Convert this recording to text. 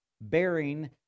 bearing